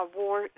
war